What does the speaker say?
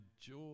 joy